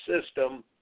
system